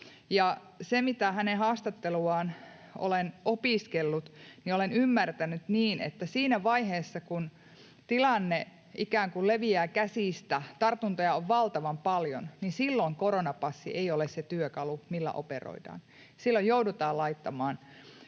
kun hänen haastatteluaan olen opiskellut, niin olen ymmärtänyt niin, että siinä vaiheessa, kun tilanne ikään kuin leviää käsistä, kun tartuntoja on valtavan paljon, niin silloin koronapassi ei ole se työkalu, millä operoidaan. Silloin joudutaan laittamaan